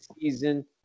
season